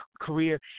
career